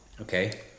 okay